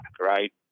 right